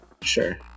sure